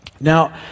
Now